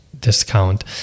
discount